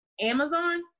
Amazon